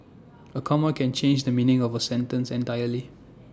A comma can change the meaning of A sentence entirely